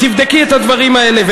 תבדקי את הדברים האלה.